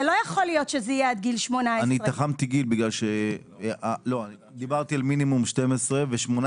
זה לא יכול להיות שזה יהיה עד גיל 18. דיברתי על מינימום 12 ו-18